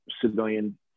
civilian